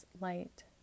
light